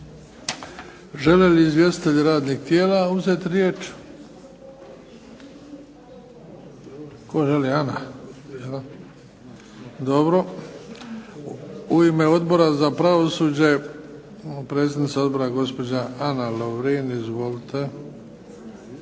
Žele li izvjestitelji radnih tijela uzeti riječ? Da. U ime Odbora za pravosuđe predsjednica odbora Ana Lovrin. Izvolite.